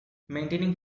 maintaining